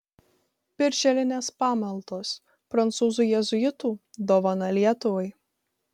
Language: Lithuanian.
birželinės pamaldos prancūzų jėzuitų dovana lietuvai